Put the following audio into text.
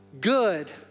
good